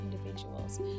individuals